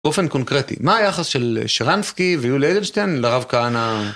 באופן קונקרטי, מה היחס של שרנסקי ויולי אדלשטיין לרב כהנא?